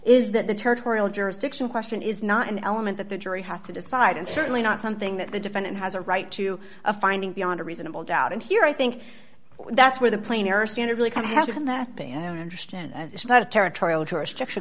is that the territorial jurisdiction question is not an element that the jury has to decide and certainly not something that the defendant has a right to a finding beyond a reasonable doubt and here i think that's where the plane are standardly kind of how can that be i don't understand it's not a territorial jurisdiction